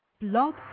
Blog